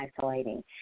isolating